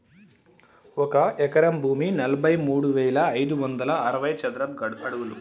ఒక ఎకరం భూమి నలభై మూడు వేల ఐదు వందల అరవై చదరపు అడుగులు